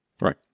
Right